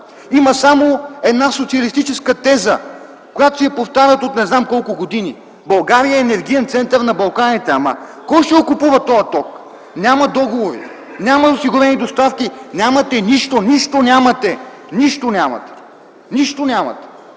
Има само една социалистическа теза, която си я повтарят от не знам колко години: „България е енергиен център на Балканите”. Ама кой ще купува тоя ток? Няма договори, няма осигурени доставки, нямате нищо, нищо нямате. Нищо нямате! Нищо нямате!